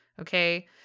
Okay